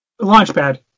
Launchpad